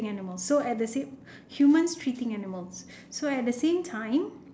animals so at the same humans treating animals so at the same time